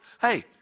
Hey